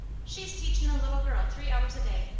she's teachin' a little girl three hours a day.